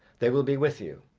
they will be with you,